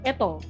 Eto